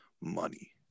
money